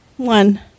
One